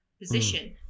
position